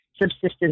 subsistence